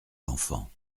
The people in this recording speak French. l’enfant